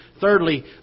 Thirdly